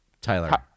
Tyler